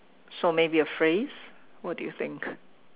so maybe a phrase what do you think